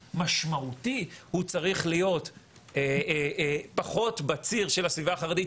משמעותי הוא צריך להיות פחות בציר של הסביבה החרדית,